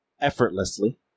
effortlessly